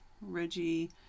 Reggie